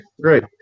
great